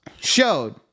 showed